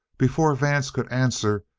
before vance could answer,